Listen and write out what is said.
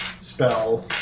spell